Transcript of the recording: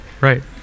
Right